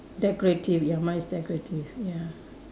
decorative ya mine is decorative ya